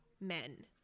men